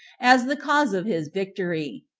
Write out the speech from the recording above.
as the cause of his victory,